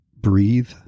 breathe